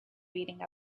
reading